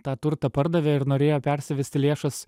tą turtą pardavė ir norėjo persivesti lėšas